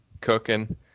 cooking